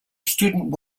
student